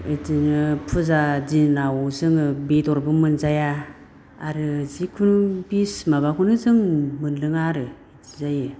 बिदिनो फुजा दिनाव जोङो बेदरबो मोनजाया आरो जिखुनो बिस माबाखौनो जों मोनलोङा आरो बिदि जायो